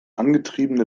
angetriebene